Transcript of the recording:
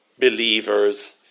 believers